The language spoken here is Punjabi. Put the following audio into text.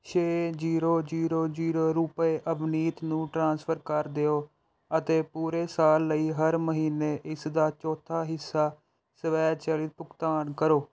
ਛੇ ਜ਼ੀਰੋ ਜ਼ੀਰੋ ਜ਼ੀਰੋ ਰੁਪਏ ਅਵਨੀਤ ਨੂੰ ਟ੍ਰਾਂਸਫਰ ਕਰ ਦਿਓ ਅਤੇ ਪੂਰੇ ਸਾਲ ਲਈ ਹਰ ਮਹੀਨੇ ਇਸਦਾ ਚੌਥਾ ਹਿੱਸਾ ਸਵੈਚਲਿਤ ਭੁਗਤਾਨ ਕਰੋ